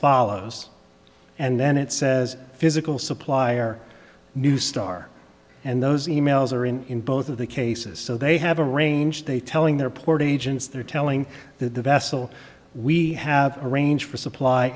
follows and then it says physical supplier new star and those emails are in both of the cases so they have a range they telling their port agents they're telling that the vessel we have arrange for supply